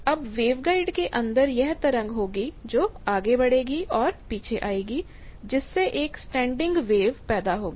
अब वेवगाइड के अंदर यह तरंग होगी जो आगे बढ़ेगी और पीछे आएगी जिससे एक स्टैंडिंग वेव पैदा होगी